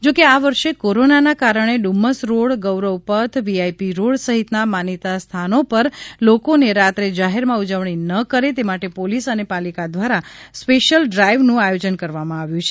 જોકે આ વર્ષે કોરોનાના કારણે Dumas road Gauravpath VIP road સહિતના માનીતા સ્થાનો પર લોકોને રાત્રે જાહેરમાં ઉજવણી ન કરે તે માટે પોલીસ અને પાલિકા દ્વારા સ્પેશિયલ ડ્રાઈવનું આયોજન કરવામાં આવ્યું છે